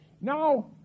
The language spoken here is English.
Now